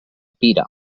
pira